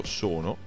sono